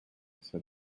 said